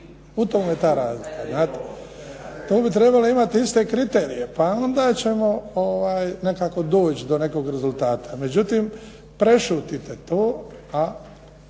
U tome je ta razlika, znate? Tu bi trebali imati iste kriterije pa onda ćemo nekako doći do nekakvog rezultata. Međutim, prešutite to a,